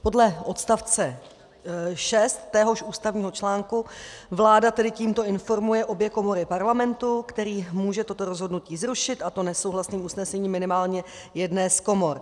Podle odst. 6 téhož ústavního článku vláda tedy tímto informuje obě komory Parlamentu, který může toto rozhodnutí zrušit, a to nesouhlasným usnesením minimálně jedné z komor.